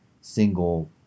single